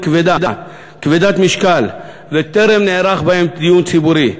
כבדת משקל וטרם נערך בהן דיון ציבורי,